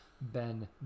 Ben